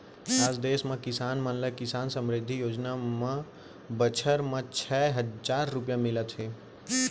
आज देस म किसान मन ल किसान समृद्धि योजना म बछर म छै हजार रूपिया मिलत हे